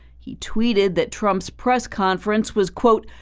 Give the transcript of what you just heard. he tweeted that trump's press conference was, quote,